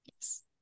Yes